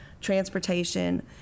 transportation